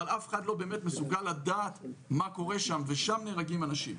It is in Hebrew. אבל אף אחד לא באמת מסגול לדעת מה קורה שם ושם נהרגים האנשים.